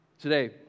Today